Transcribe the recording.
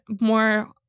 more